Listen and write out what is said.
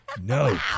No